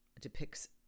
depicts